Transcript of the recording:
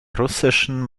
russischen